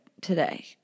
today